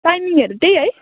टाइमिङहरू त्यही है